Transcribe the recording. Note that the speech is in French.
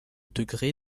degré